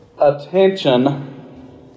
attention